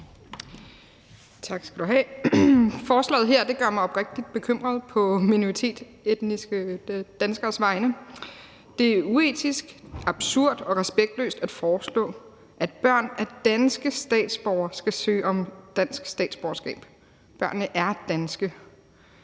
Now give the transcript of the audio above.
Tak skal du have. Forslaget her gør mig oprigtig bekymret på minoritetsetniske danskeres vegne. Det er uetisk, absurd og respektløst at foreslå, at børn af danske statsborgere skal søge om dansk statsborgerskab. Børnene er danske.